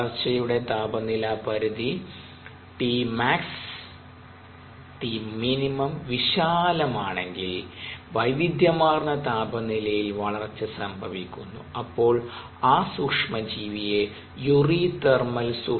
വളർച്ചയുടെ താപനില പരിധി Tmax Tmin വിശാലമാണെങ്കിൽ വൈവിധ്യമാർന്ന താപനിലയിൽ വളർച്ച സംഭവിക്കുന്നു അപ്പോൾ ആ സൂക്ഷ്മ ജീവിയെ യൂറിതെർമൽ eurythermal organism